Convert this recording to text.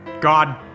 God